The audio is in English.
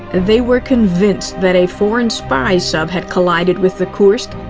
and they were convinced that a foreign spy sub had collided with the kursk,